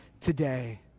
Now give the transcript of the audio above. today